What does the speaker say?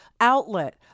outlet